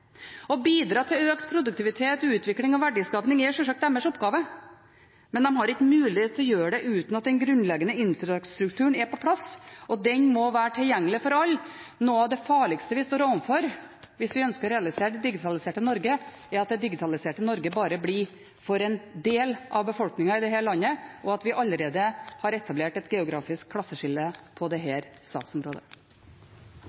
Å bidra til økt produktivitet, utvikling og verdiskaping er sjølsagt deres oppgave, men de har ikke mulighet til å gjøre det uten at den grunnleggende infrastrukturen er på plass – og den må være tilgjengelig for alle. Noe av det farligste vi står overfor hvis vi ønsker å realisere det digitaliserte Norge, er at det digitaliserte Norge bare blir for en del av befolkningen i dette landet, og at vi allerede har etablert et geografisk klasseskille på dette saksområdet. Jeg vil følge opp om bredbånd, for det